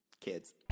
kids